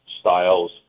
styles